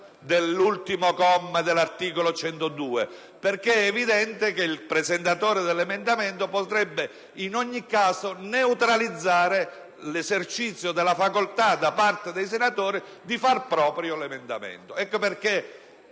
dell'ultimo comma dell'articolo 102, perché è evidente che il presentatore dell'emendamento potrebbe in ogni caso neutralizzare l'esercizio della facoltà da parte dei senatori di fare proprio l'emendamento. Per